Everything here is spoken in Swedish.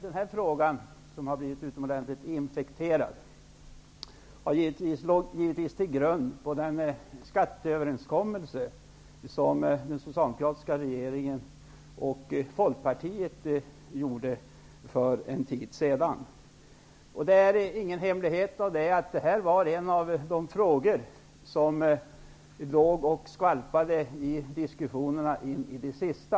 Denna fråga, som har blivit utomordentligt infekterad, har givetvis sin grund i den skatteöverenskommelse som den socialdemokratiska regeringen och Folkpartiet gjorde för en tid sedan. Det är ingen hemlighet att det var en av de frågor som låg och skvalpade i diskussionerna in i det sista.